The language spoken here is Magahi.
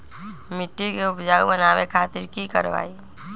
मिट्टी के उपजाऊ बनावे खातिर की करवाई?